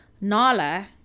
Nala